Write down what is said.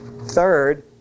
Third